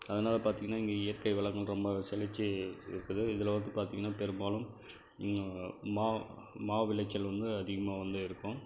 அதனால பார்த்திங்னா இங்கே இயற்கை வளங்கள் ரொம்ப செழிச்சு இருக்குது இதில் வந்து பார்த்திங்னா பெரும்பாலும் மா மா விளைச்சல் வந்து அதிகமாக வந்து இருக்கும்